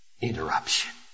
interruption